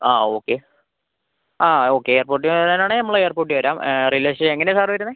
ആ ഓക്കെ ആ ഓക്കെ അപ്പോൾ എയർപോർട്ട് വരാനാണെങ്കിൽ നമ്മൾ എയർപോർട്ടിൽ വരാം റെയിൽവേ എങ്ങനെയാ സർ വരുന്നത്